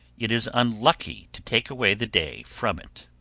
it is unlucky to take away the day from it.